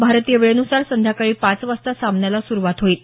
भारतीय वेळेनुसार संध्याकाळी पाच वाजता सामन्याला सुरुवात होईल